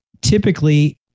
typically